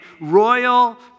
royal